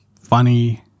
funny